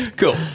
Cool